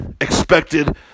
expected